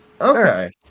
Okay